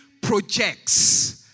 projects